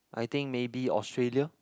I think maybe Australia